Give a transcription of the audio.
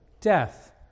Death